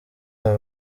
aba